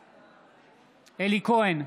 בעד אלי כהן,